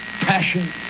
passion